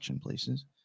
places